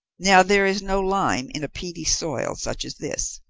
now there is no lime in a peaty soil such as this,